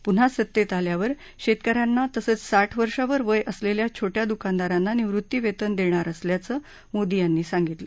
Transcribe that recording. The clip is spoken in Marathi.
पुन्हा सत्तेत आल्यावर शेतक यांना तसंच साठ वर्षांवर वय असलेल्या छोट्या दुकानदारांना निवृत्ती वेतन देणार असल्याचं मोदी यांनी सांगितलं